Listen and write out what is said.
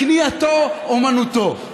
כניעתו, אומנותו.